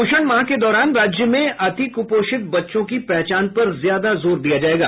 पोषण माह के दौरान राज्य में अतिकुपोषित बच्चों की पहचान पर ज्यादा जोर दिया जायेगा